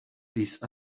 these